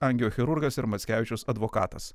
angiochirurgas ir mackevičius advokatas